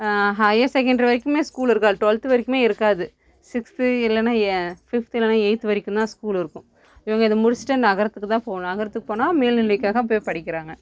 higher secondary வரைக்குமே school இருக்காது twelfth வரைக்குமே இருக்காது சிக்ஸ்த்து இல்லைனா ஃபிஃப்த்து இல்லைனா எய்த்து வரைக்கும் தான் ஸ்கூல் இருக்கும் இவங்க இதை முடிச்சுட்டு நகரத்துக்குதான் போகணும் நகரத்துக்கு போனால் மேல்நிலைக்காக போய் படிக்கிறாங்க